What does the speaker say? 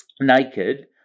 naked